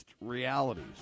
realities